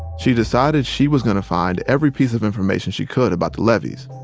she decided she was going to find every piece of information she could about the levees,